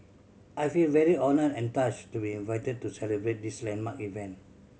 I feel very honoured and touched to be invited to celebrate this landmark event